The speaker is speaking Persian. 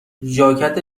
ژاکت